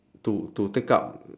to to take up